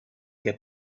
què